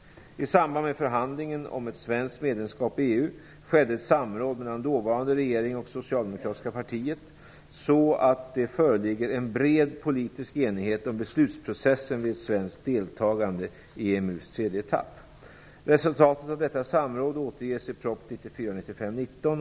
I samband med förhandlingen om ett svenskt medlemskap i EU skedde ett samråd mellan dåvarande regering och socialdemokratiska partiet, så att det föreligger en bred politisk enighet om beslutsprocessen vid ett svenskt deltagande i EMU:s tredje etapp.